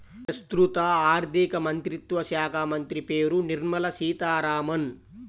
ప్రస్తుత ఆర్థికమంత్రిత్వ శాఖామంత్రి పేరు నిర్మల సీతారామన్